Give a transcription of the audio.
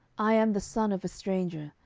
i am the son of a stranger,